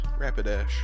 Rapidash